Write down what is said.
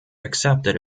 accepted